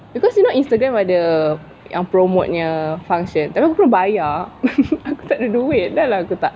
because you know Instagram ada yang promote punya function tapi kena bayar aku tak ada duit dah lah aku tak